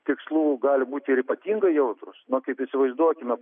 tikslų gali būti ir ypatingai jautrūs nu kaip įsivaizduokime